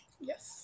Yes